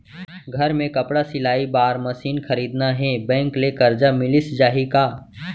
घर मे कपड़ा सिलाई बार मशीन खरीदना हे बैंक ले करजा मिलिस जाही का?